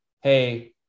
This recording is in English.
hey